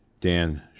Dan